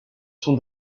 sont